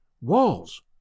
Walls